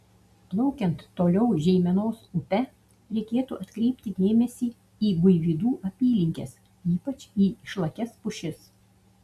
plaukiant toliau žeimenos upe reikėtų atkreipti dėmesį į buivydų apylinkes ypač į išlakias pušis